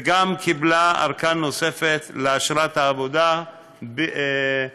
וגם קיבלה ארכה נוספת לאשרת העבודה ב1.